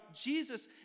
Jesus